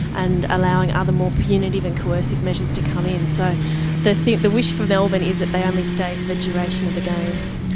and allowing other more punitive and coercive measures to come in. so the the wish for melbourne is that they only stay for the duration of the games.